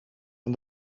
and